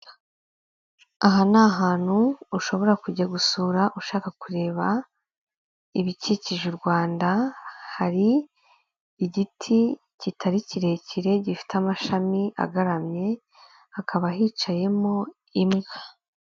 Aha ni ahantu ushobora kujya gusura ushaka kureba ibikikije u Rwanda, hari igiti kitari kirekire, gifite amashami agaramye, hakaba hicayemo imbwa.